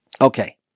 Okay